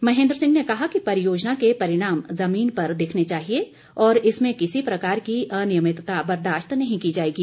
महेन्द्र सिंह ने कहा कि परियोजना के परिणाम जमीन पर दिखने चाहिए और इसमें किसी प्रकार की अनियमितता बर्दाशत नही की जाएगी